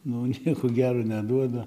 nu nieko gero neduoda